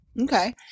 Okay